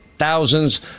thousands